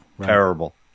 Terrible